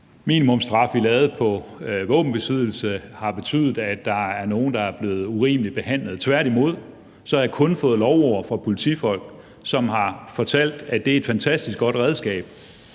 minimumsstraf, vi lavede med hensyn til våbenbesiddelse, har betydet, at der er nogen, der er blevet urimeligt behandlet. Tværtimod har jeg kun fået lovord fra politifolk, som har fortalt, at det er et fantastisk godt redskab,